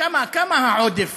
כמה העודף